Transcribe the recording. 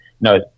no